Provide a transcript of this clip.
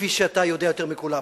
כפי שאתה יודע יותר מכולם,